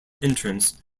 entrance